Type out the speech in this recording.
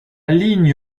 ligne